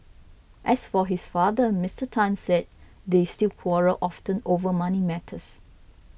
as for his father Mister Tan said they still quarrel often over money matters